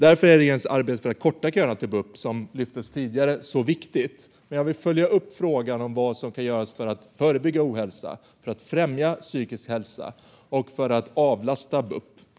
Därför är regeringens arbete för att korta köerna till bup som sagt viktigt, och jag vill följa upp frågan om vad som kan göras för att förebygga ohälsa, främja psykisk hälsa och avlasta bup.